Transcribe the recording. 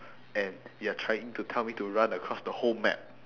and you are trying to tell me to run across the whole map